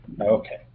Okay